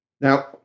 Now